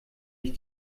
ich